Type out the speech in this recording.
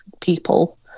people